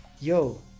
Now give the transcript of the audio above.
yo